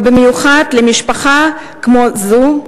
ובמיוחד למשפחה כמו זו,